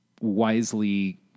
wisely